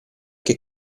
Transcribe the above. che